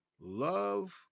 love